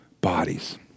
bodies